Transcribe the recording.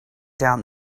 down